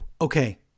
okay